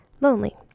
lonely